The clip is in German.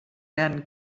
werden